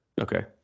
Okay